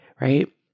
right